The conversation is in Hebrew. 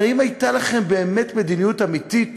הרי אם הייתה לכם באמת מדיניות אמיתית,